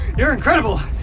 you're incredible!